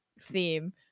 theme